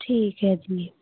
ਠੀਕ ਹੈ ਜੀ